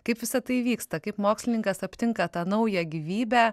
kaip visa tai vyksta kaip mokslininkas aptinka tą naują gyvybę